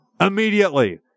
immediately